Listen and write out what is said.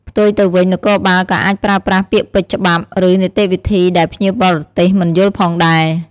ផ្ទុយទៅវិញ នគរបាលក៏អាចប្រើប្រាស់ពាក្យពេចន៍ច្បាប់ ឬនីតិវិធីដែលភ្ញៀវបរទេសមិនយល់ផងដែរ។